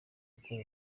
ikora